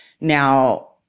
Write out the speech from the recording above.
Now